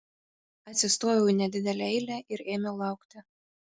atsistojau į nedidelę eilę ir ėmiau laukti